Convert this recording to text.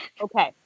Okay